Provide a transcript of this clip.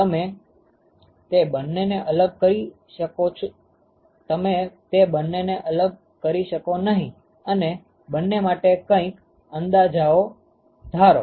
તમે તે બંને ને અલગ કરી શકો નહિ અને બંને માટે કઈક અંદાજાઓ ધારો